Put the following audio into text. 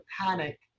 panic